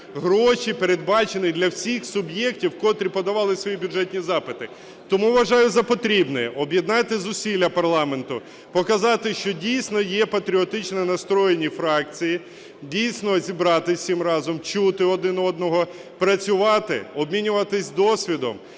Гроші передбачено для всіх суб'єктів, котрі подавали свої бюджетні запити. Тому вважаю за потрібне об'єднати зусилля парламенту, показати, що дійсно є патріотично настроєні фракції, дійсно зібратись усім разом, чути один одного, працювати, обмінюватись досвідом.